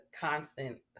constant